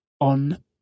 on